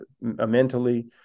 mentally